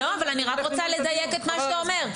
אבל אני רק רוצה לדייק את מה שאתה אומר,